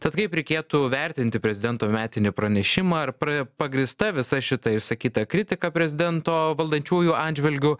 tad kaip reikėtų vertinti prezidento metinį pranešimą ar pra pagrįsta visa šita išsakyta kritika prezidento valdančiųjų atžvilgiu